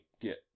get